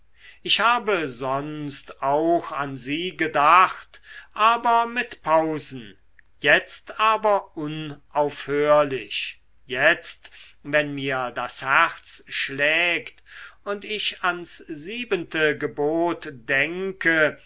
ich habe sonst auch an sie gedacht aber mit pausen jetzt aber unaufhörlich jetzt wenn mir das herz schlägt und ich ans siebente gebot denke